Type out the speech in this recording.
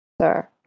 sir